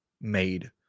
made